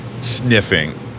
sniffing